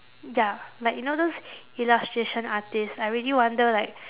ya like you know those illustration artists I really wonder like